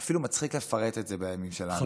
זה אפילו מצחיק לפרט את זה בימים שלנו.